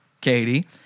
Katie